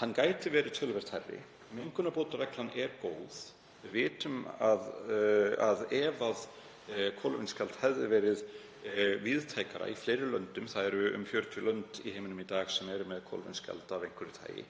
Hann gæti verið töluvert hærri. Mengunarbótareglan er góð. Við vitum að ef kolefnisgjald hefði verið víðtækara, í fleiri löndum — um 40 lönd í heiminum í dag eru með kolefnisgjald af einhverju tagi